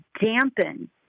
dampen